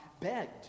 begged